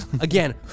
Again